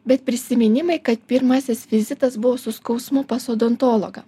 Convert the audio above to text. bet prisiminimai kad pirmasis vizitas buvo su skausmu pas odontologą